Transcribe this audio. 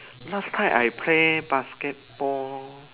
last time I play basketball